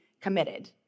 committed